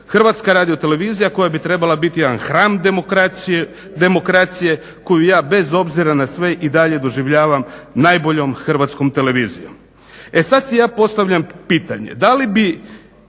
Hrvatska radiotelevizija koja bi trebala biti jedan hram demokracije koju ja bez obzira na sve i dalje doživljavam najboljom hrvatskom televizijom. E sad si ja postavljam pitanje